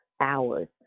hours